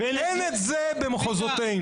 ואין את זה במחוזותינו.